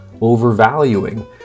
overvaluing